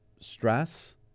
stress